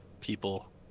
people